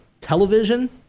television